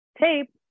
tape